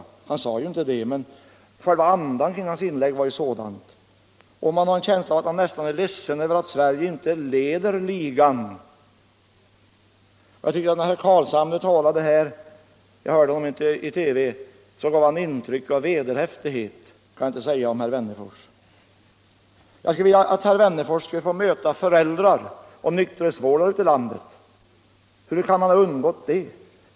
Han sade visserligen inte det direkt, men själva andan i hans inlägg var sådan. Man får en känsla av att han nästan är ledsen för att Sverige inte leder ligan när det gäller alkoholkonsumtion. När herr Carlshamre talade — jag såg honom i TV — gav han intryck av vederhäftighet. Det kan jag inte säga om herr Wennerfors. Jag önskar att herr Wennerfors fick möta föräldrar, vilkas barn drabbats, och nykterhetsvårdare ute i landet.